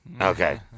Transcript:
Okay